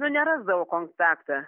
nu nerasdavau kontaktą